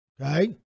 Okay